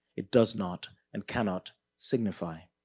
it does not and cannot signify.